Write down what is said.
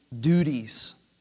duties